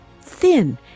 thin